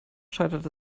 scheitert